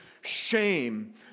shame